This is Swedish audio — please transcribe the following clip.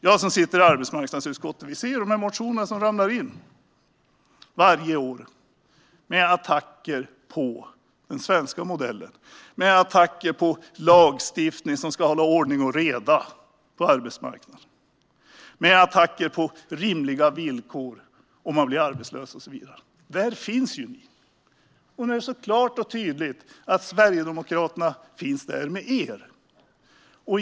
Jag som sitter i arbetsmarknadsutskottet ser de motioner som ramlar in varje år med attacker på den svenska modellen, med attacker på lagstiftning som ska hålla ordning och reda på arbetsmarknaden och med attacker på rimliga villkor om man blir arbetslös och så vidare. Där finns ni med, och det är klart och tydligt att Sverigedemokraterna finns där tillsammans med er.